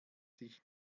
sich